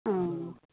अँ